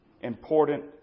important